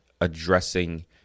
addressing